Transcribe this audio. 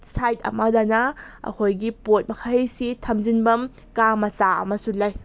side ꯑꯃꯗꯅ ꯑꯩꯈꯣꯏꯒꯤ ꯄꯣꯠ ꯃꯈꯩꯁꯤ ꯊꯝꯖꯤꯟꯐꯝ ꯀꯥ ꯃꯆꯥ ꯑꯃꯁꯨ ꯂꯩ